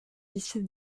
lycée